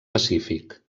pacífic